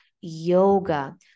yoga